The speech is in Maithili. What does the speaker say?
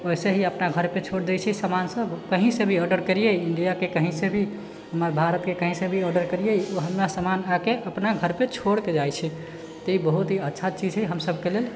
वैसे ही अपना घर पर छोड़ दै छै समान सब कहीँ से भी ऑर्डर करियै इण्डियाके कहींँ से भी हमर भारतके कहींँ से भी ऑर्डर करियै ओ हमरा सामान आके अपना घर पर छोड़िके जाइत छै तऽ ई बहुत ही अच्छा चीज छै हमसबके लेल